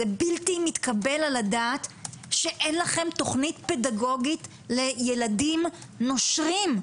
זה בלתי מתקבל על הדעת שאין לכם תכנית פדגוגית לילדים נושרים.